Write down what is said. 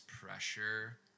pressure